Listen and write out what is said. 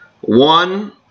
One